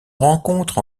rencontre